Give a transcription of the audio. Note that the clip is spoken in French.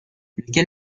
lequel